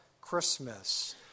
Christmas